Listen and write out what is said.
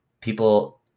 people